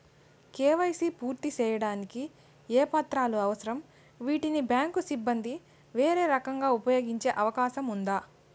KYC పూర్తి సేయడానికి ఏ పత్రాలు అవసరం, వీటిని బ్యాంకు సిబ్బంది వేరే రకంగా ఉపయోగించే అవకాశం ఉందా?